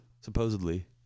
Supposedly